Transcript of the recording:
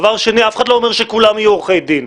דבר שני, אף אחד לא אומר שכולם יהיו עורכי דין.